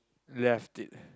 lefted